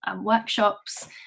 workshops